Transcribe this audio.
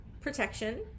protection